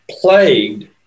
plagued